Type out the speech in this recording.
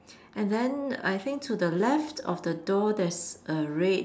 and then I think to the left of the door there's a red